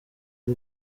y’u